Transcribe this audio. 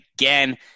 again